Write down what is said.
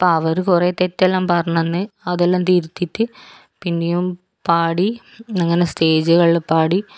അപ്പോൾ അവർ കുറേ തെറ്റെല്ലാം പറഞ്ഞു തന്നു അതെല്ലാം തിരുത്തിയിട്ട് പിന്നെയും പാടി അങ്ങനെ സ്റ്റേജുകൾ പാടി